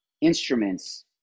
instruments